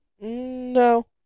No